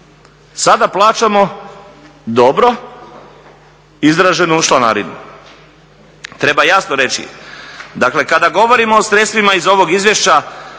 sada plaćamo dobro izraženu članarinu. Treba jasno reći dakle kada govorimo o sredstvima iz ovog izvješća